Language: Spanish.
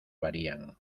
varían